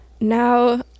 now